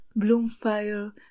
Bloomfire